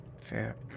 Fair